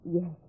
Yes